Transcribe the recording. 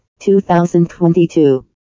2022